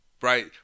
right